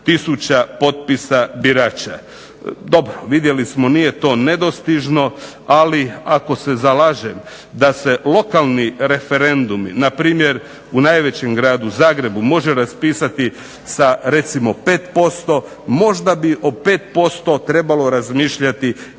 450000 potpisa birača. Dobro, vidjeli smo nije to nedostižno. Ali ako se zalažem da se lokalni referendumi, na primjer u najvećem gradu Zagrebu može raspisati sa recimo 5%. Možda bi o 5% trebalo razmišljati